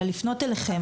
אלא לפנות אליכם,